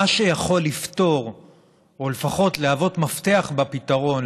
מה שיכול לפתור או לפחות להיות מפתח לפתרון,